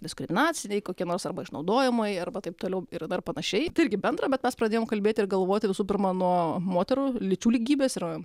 diskriminaciniai kokie nors arba išnaudojamai arba taip toliau ir dar panašiai tai irgi bendra bet mes pradėjom kalbėti ir galvoti visų pirma nuo moterų lyčių lygybės ir